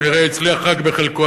הוא כנראה הצליח רק בחלקו,